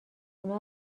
اونا